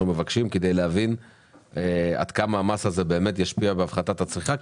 מבקשים כדי להבין עד כמה המס הזה באמת ישפיע על הפחתת הצריכה.